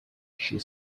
she